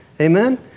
Amen